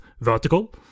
vertical